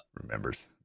remembers